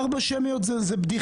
4 הצבעות שמיות זו בדיחה.